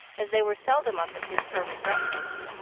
as they were seldom up at his early breakfast.